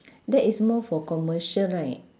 that is more for commercial right